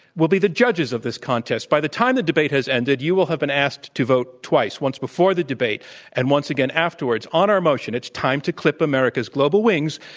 will be the judges of this contest. by the time the debate has ended, you will have been asked to vote twice, once before the debate and once again afterwards on our motion, it's time to clip america's global wings.